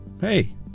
Hey